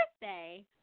birthday